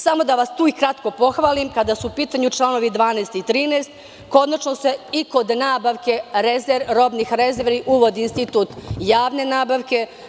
Samo da vas kratko pohvalim, kada su u pitanju čl. 12. i 13. konačno se i kod nabavke robnih rezervi, uvodi institut javne nabavke.